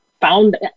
found